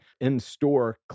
in-store